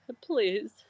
please